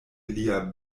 lia